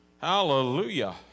Hallelujah